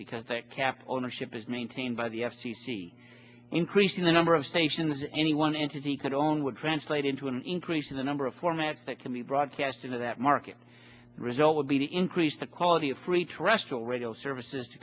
because they kept ownership is maintained by the f c c increasing the number of stations any one entity could own would translate into an increase in the number of formats that can be broadcast into that market result would be to increase the quality of free trustful radio services